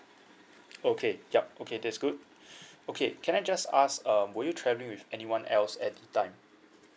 okay yup okay that's good okay can I just ask uh were you travelling with anyone else at the time